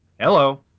Hello